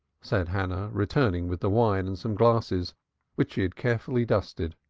said hannah, returning with the wine and some glasses which she had carefully dusted.